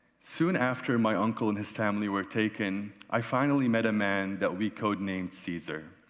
soon after my uncle and his family were taken, i finally met a man that we code named caesar.